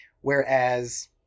Whereas